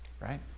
right